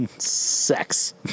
Sex